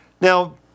Now